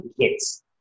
kids